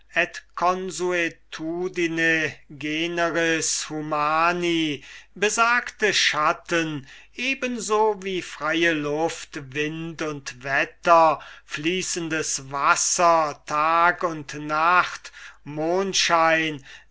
humani besagte schatten eben so wie freie luft wind und wetter fließendes wasser tag und nacht mondschein